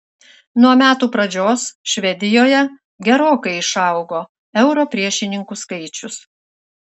nuo metų pradžios švedijoje gerokai išaugo euro priešininkų skaičius